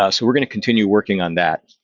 ah so we're going to continue working on that.